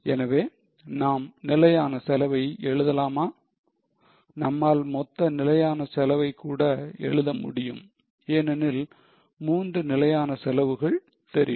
எனவே நாம் நிலையான செலவை எழுதலாமா நம்மால் மொத்த நிலையான செலவைக் கூட எழுத முடியும் ஏனெனில் 3 நிலையான செலவுகள் தெரியும்